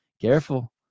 careful